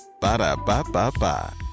ba-da-ba-ba-ba